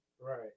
Right